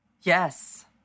Yes